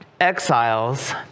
exiles